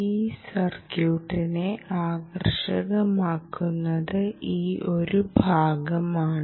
ഈ സർക്യൂട്ടിനെ ആകർഷകമാക്കുന്നത് ഈ ഒരു ഭാഗമാണ്